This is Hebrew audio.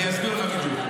אני אסביר לך בדיוק.